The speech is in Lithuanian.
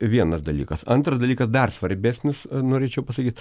vienas dalykas antras dalykas dar svarbesnis norėčiau pasakyt